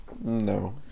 no